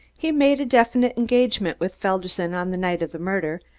he made a definite engagement with felderson on the night of the murder,